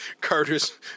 Carter's